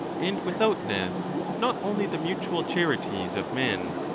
and without this not only the mutual charities of men,